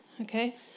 okay